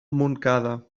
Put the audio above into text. montcada